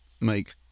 make